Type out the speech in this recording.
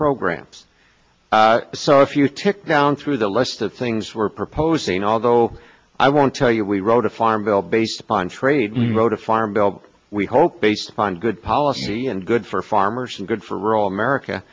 programs so if you tick down through the list of things we're proposing although i won't tell you we wrote a farm bill based upon trade wrote a farm bill we hope based upon good policy and good for farmers and good for rural america